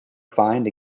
find